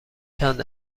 چند